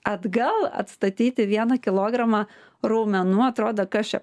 atgal atstatyti vieną kilogramą raumenų atrodo kas čia